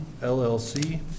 LLC